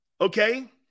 Okay